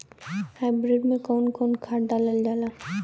Hybrid में कउन कउन खाद डालल जाला?